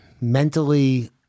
mentally